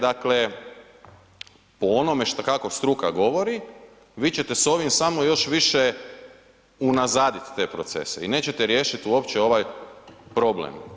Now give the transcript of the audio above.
Dakle po onome što struka govori, vi ćete s ovim samo još više unazaditi te procese i nećete riješiti uopće ovaj problem.